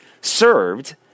served